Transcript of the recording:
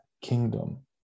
kingdom